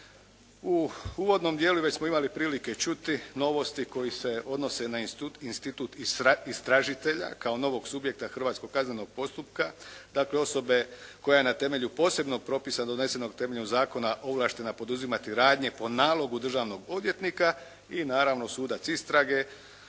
U uvodnom dijelu već smo imali prilike čuti novosti koje se odnose na institut istražitelja kao novog subjekta hrvatskog kaznenog postupka, dakle osobe koja je na temelju posebnog propisa donesenog na temelju zakona ovlaštena poduzimati radnje po nalogu državnog odvjetnika i naravno sudac istrage